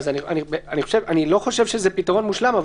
אני לא חושב שזה פתרון מושלם,